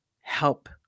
help